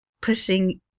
pushing